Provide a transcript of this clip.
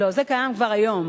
לא, זה קיים כבר היום.